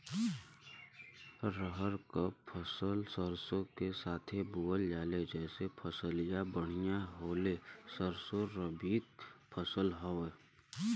रहर क फसल सरसो के साथे बुवल जाले जैसे फसलिया बढ़िया होले सरसो रबीक फसल हवौ